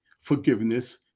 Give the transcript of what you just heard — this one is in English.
forgiveness